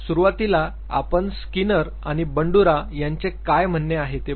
सुरुवातीला आपण स्किनर आणि बंडूरा यांचे काय म्हणणे आहे ते बघु